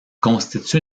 constitue